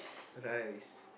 rice